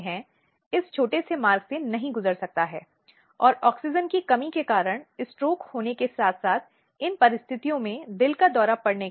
लेकिन इसके बावजूद भी शायद हम में से कई या हम सभी जानते हैं कि कई ऐसे अवैध क्लीनिक हैं जो देश के विभिन्न हिस्सों में मौजूद हैं